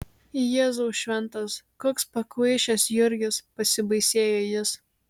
jėzau šventas koks pakvaišęs jurgis pasibaisėjo jis